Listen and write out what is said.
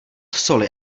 soli